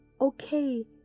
okay